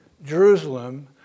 Jerusalem